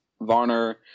Varner